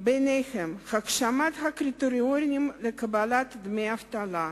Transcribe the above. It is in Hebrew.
וביניהם הגמשת הקריטריונים לקבלת דמי אבטלה,